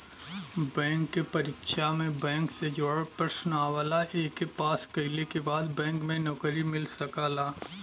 bank के परीक्षा में बैंक से जुड़ल प्रश्न आवला एके पास कइले के बाद बैंक में नौकरी मिल सकला